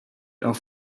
auf